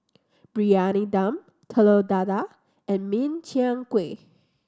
Briyani Dum Telur Dadah and Min Chiang Kueh